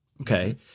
okay